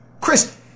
Chris